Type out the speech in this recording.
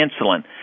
insulin